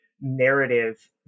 Narrative